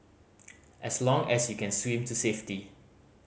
as long as you can swim to safety